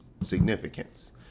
significance